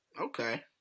Okay